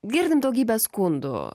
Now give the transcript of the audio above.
girdim daugybę skundų